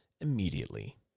immediately